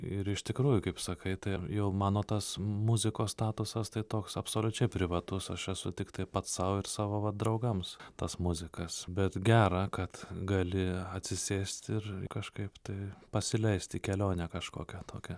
ir iš tikrųjų kaip sakai tai jau mano tas muziko statusas tai toks absoliučiai privatus aš esu tiktai pats sau ir savo va draugams tas muzikas bet gera kad gali atsisėst ir kažkaip tai pasileist į kelionę kažkokią tokią